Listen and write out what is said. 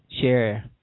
share